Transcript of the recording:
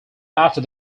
after